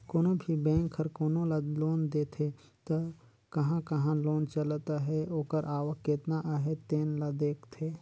कोनो भी बेंक हर कोनो ल लोन देथे त कहां कहां लोन चलत अहे ओकर आवक केतना अहे तेन ल देखथे